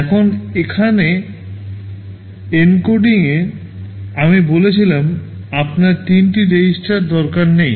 এখন এখানে এনকোডিংয়ে আমি বলেছিলাম আপনার তিনটি রেজিস্টার দরকার নেই